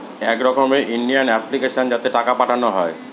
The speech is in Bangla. এক রকমের ইন্ডিয়ান অ্যাপ্লিকেশন যাতে টাকা পাঠানো হয়